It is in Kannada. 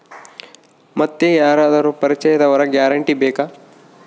ಮತ್ತೆ ಯಾರಾದರೂ ಪರಿಚಯದವರ ಗ್ಯಾರಂಟಿ ಬೇಕಾ?